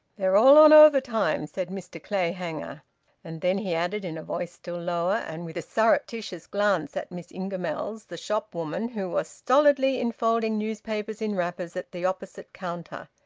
they're all on overtime, said mr clayhanger and then he added, in a voice still lower, and with a surreptitious glance at miss ingamells, the shop-woman, who was stolidly enfolding newspapers in wrappers at the opposite counter,